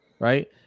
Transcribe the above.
right